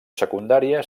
secundària